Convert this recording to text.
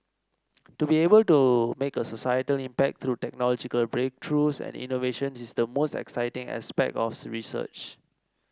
to be able to make a societal impact through technological breakthroughs and innovations is the most exciting aspect of research